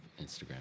Instagram